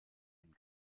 den